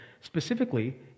specifically